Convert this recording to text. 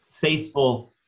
faithful